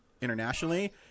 internationally